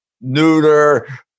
neuter